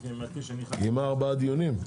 מה היה בדיונים?